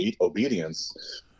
obedience